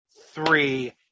three